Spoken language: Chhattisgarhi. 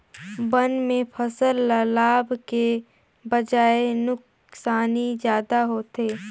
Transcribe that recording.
बन में फसल ल लाभ के बजाए नुकसानी जादा होथे